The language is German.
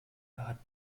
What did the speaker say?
hat